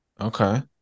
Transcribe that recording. okay